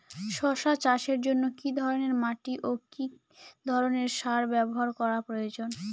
শশা চাষের জন্য কি ধরণের মাটি ও কি ধরণের সার ব্যাবহার করা প্রয়োজন?